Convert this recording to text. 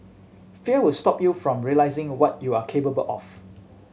fear will stop you from realising what you are capable of